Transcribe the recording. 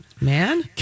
man